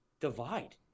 divide